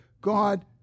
God